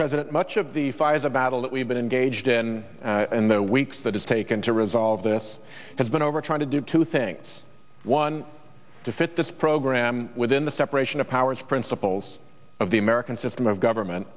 president much of the fires of battle that we've been engaged in and there weeks that has taken to resolve this has been over trying to do two things one to fit this program within the separation of powers principles of the american system of government